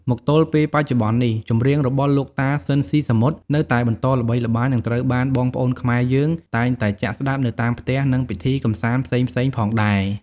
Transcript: មកទល់ពេលបច្ចុប្បន្ននេះ ចម្រៀងរបស់លោកតាស៊ីនស៊ីសាមុត នៅតែបន្តល្បីល្បាញនិងត្រូវបានបងប្អូនខ្មែរយើងតែងតែចាក់ស្តាប់នៅតាមផ្ទះ និងពិធីកម្សាន្តផ្សេងៗផងដែរ ។